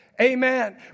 Amen